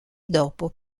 dopo